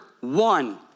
one